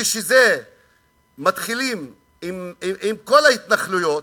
וכשמתחילים עם כל ההתנחלויות,